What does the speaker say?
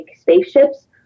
spaceships